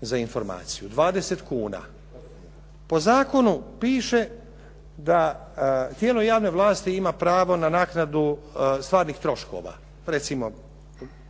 za informaciju 20 kuna. Po zakonu piše da tijelo javne vlasti ima pravo na naknadu stvarnih troškova, recimo